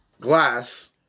glass